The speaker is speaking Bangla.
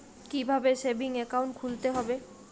কীভাবে সেভিংস একাউন্ট খুলতে হবে?